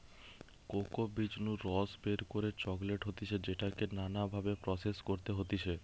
cocoa বীজ নু রস বের করে চকলেট হতিছে যেটাকে নানা ভাবে প্রসেস করতে হতিছে